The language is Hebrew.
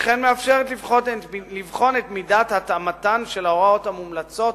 וכן מאפשרת לבחון את מידת התאמתן של ההוראות המומלצות